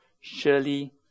surely